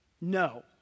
No